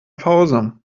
pause